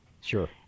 Sure